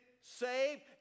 saved